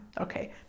Okay